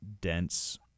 dense